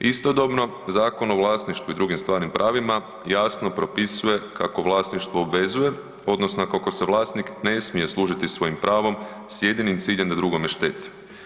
Istodobno Zakon o vlasništvu i drugim stvarnim pravima jasno propisuje kako vlasništvo obvezuje odnosno kako se vlasnik ne smije služiti svojim pravom s jedinim ciljem da drugome šteti.